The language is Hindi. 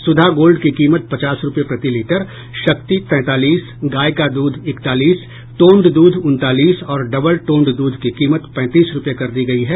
सुधा गोल्ड की कीमत पचास रूपये प्रति लीटर शक्ति तैंतालीस गाय का दूध इकतालीस टोंड दूध उनतालीस और डबल टोंड दूध की कीमत पैंतीस रूपये कर दी गयी है